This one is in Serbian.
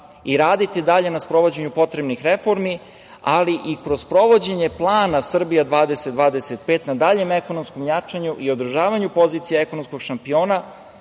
i raditi dalje na sprovođenju potrebnih reformi, ali i kroz sprovođenje plana „Srbija 2025“ na daljem ekonomskom jačanju i održavanju pozicije ekonomskog šampiona,